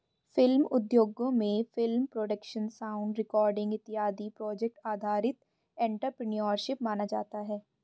film उद्योगों में film production sound recording इत्यादि प्रोजेक्ट आधारित एंटरप्रेन्योरशिप माना जाता है